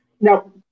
No